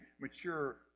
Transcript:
mature